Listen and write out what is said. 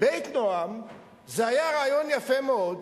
"בית נועם" היה רעיון יפה מאוד,